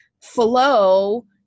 flow